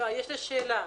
יש לי שאלה.